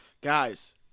guys